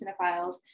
cinephiles